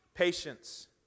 Patience